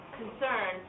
concern